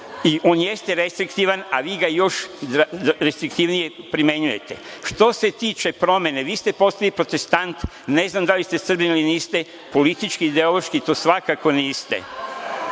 i on jeste restriktivan, a vi ga još restriktivnije primenjujete. Što se tiče promene, vi ste postali protestant, ne znam da li ste Srbin ili niste, politički, ideološki svakako niste.